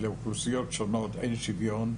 לאוכלוסיות שונות אין שוויון,